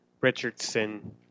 Richardson